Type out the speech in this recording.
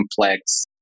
complex